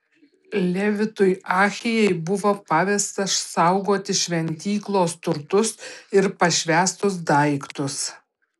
levitui ahijai buvo pavesta saugoti šventyklos turtus ir pašvęstus daiktus